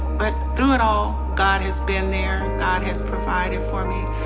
but through it all god has been there. god has provided for me.